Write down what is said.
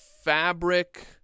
fabric